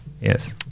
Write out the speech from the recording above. yes